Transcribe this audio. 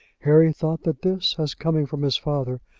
harry thought that this, as coming from his father,